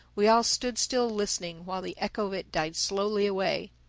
we all stood still listening while the echo of it died slowly away.